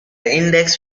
index